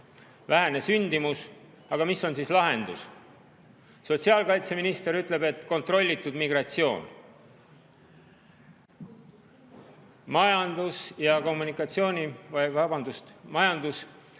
Vähene sündimus. Aga mis on siis lahendus? Sotsiaalkaitseminister ütleb, et kontrollitud migratsioon. Majandus- ja Kommunikatsiooniministeeriumi